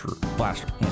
blaster